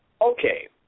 okay